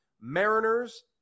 Mariners